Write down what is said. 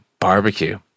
Barbecue